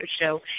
show